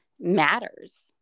matters